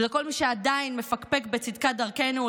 ולכל מי שעדיין מפקפק בצדקת דרכנו,